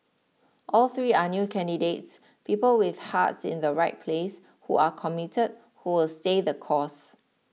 all three are new candidates people with hearts in the right place who are committed who will stay the course